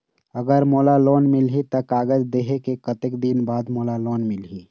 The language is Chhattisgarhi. अगर मोला लोन मिलही त कागज देहे के कतेक दिन बाद मोला लोन मिलही?